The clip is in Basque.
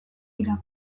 dira